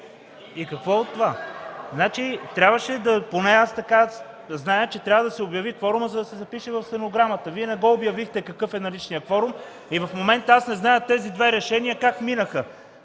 И какво от това? Трябваше, поне аз така зная, да се обяви кворумът, за да се запише в стенограмата. Вие не обявихте какъв е наличният кворум и в момента не зная тези две решения как минаха